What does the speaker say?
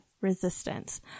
Resistance